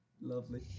lovely